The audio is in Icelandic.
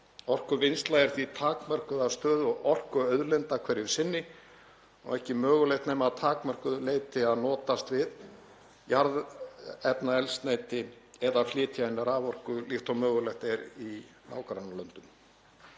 Orkuvinnsla er því takmörkuð af stöðu orkuauðlinda hverju sinni og ekki mögulegt nema að takmörkuðu leyti að notast við jarðefnaeldsneyti eða flytja inn raforku líkt og mögulegt er í nágrannalöndum.